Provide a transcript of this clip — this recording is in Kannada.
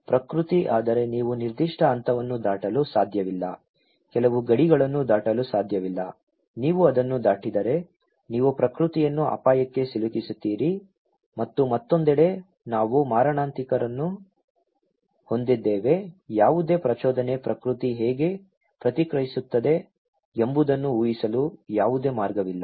ಪ್ರಕೃತಿ ಆದರೆ ನೀವು ನಿರ್ದಿಷ್ಟ ಹಂತವನ್ನು ದಾಟಲು ಸಾಧ್ಯವಿಲ್ಲ ಕೆಲವು ಗಡಿಗಳನ್ನು ದಾಟಲು ಸಾಧ್ಯವಿಲ್ಲ ನೀವು ಅದನ್ನು ದಾಟಿದರೆ ನೀವು ಪ್ರಕೃತಿಯನ್ನು ಅಪಾಯಕ್ಕೆ ಸಿಲುಕಿಸುತ್ತೀರಿ ಮತ್ತು ಮತ್ತೊಂದೆಡೆ ನಾವು ಮಾರಣಾಂತಿಕರನ್ನು ಹೊಂದಿದ್ದೇವೆ ಯಾವುದೇ ಪ್ರಚೋದನೆಗೆ ಪ್ರಕೃತಿ ಹೇಗೆ ಪ್ರತಿಕ್ರಿಯಿಸುತ್ತದೆ ಎಂಬುದನ್ನು ಊಹಿಸಲು ಯಾವುದೇ ಮಾರ್ಗವಿಲ್ಲ